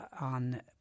on